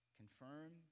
confirm